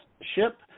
ship